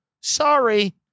Sorry